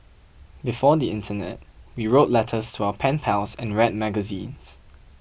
before the internet you wrote letters to our pen pals and read magazines